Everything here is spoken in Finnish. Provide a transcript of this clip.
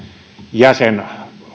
jäsen